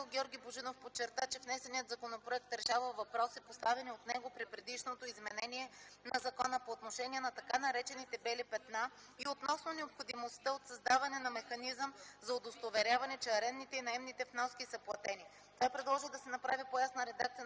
Георги Божинов подчерта, че внесеният законопроект решава въпроси, поставени от него при предишното изменение на закона по отношение на т.нар. „бели петна” и относно необходимостта от създаване на механизъм за удостоверяване, че арендните и наемните вноски са платени. Той предложи да се направи по-ясна редакция